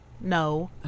No